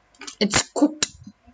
it's cooked